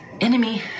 Enemy